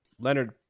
Leonard